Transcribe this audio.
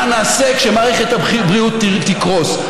מה נעשה כשמערכת הבריאות תקרוס?